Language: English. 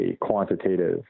quantitative